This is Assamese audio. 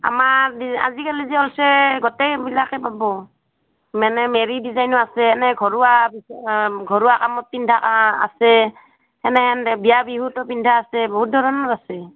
আমাৰ আজিকালি যে ওলাইছে গোটেইবিলাকে পাব মানে মেৰি ডিজাইনো আছে এনে ঘৰুৱা ঘৰুৱা কামত পিন্ধা আছে সেনেহেন বিয়া বিহুতো পিন্ধা আছে বহুত ধৰণৰ আছে